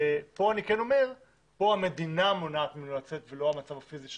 כאן אני כן אומר שהמדינה מונעת ממנו לצאת ולא הרופאים.